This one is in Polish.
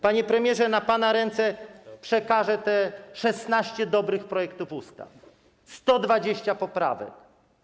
Panie premierze, na pana ręce przekażę te 16 dobrych projektów ustaw, 120 poprawek.